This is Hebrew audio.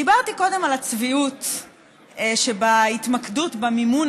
דיברתי קודם על הצביעות שבהתמקדות במימון